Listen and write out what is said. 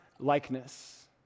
likeness